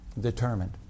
Determined